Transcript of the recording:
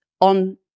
on